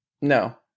No